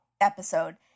episode